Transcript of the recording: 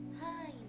hi